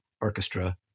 orchestra